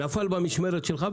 נפל במשמרת שלך,